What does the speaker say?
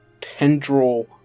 tendril